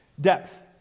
depth